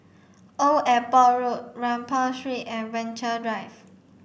Old Airport Road Rambau Street and Venture Drive